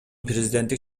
президенттик